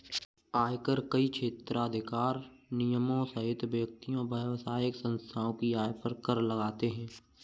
आयकर कई क्षेत्राधिकार निगमों सहित व्यक्तियों, व्यावसायिक संस्थाओं की आय पर कर लगाते हैं